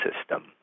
system